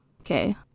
Okay